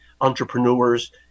entrepreneurs